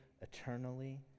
eternally